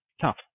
Tough